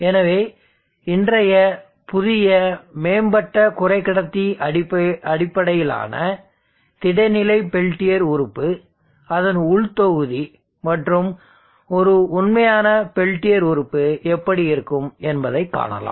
எனவே இன்றைய புதிய மேம்பட்ட குறைக்கடத்தி அடிப்படையிலான திட நிலை பெல்டியர் உறுப்பு solid state peltier element0 அதன் உள் தொகுதி மற்றும் ஒரு உண்மையான பெல்டியர் உறுப்பு எப்படி இருக்கும் என்பதை காணலாம்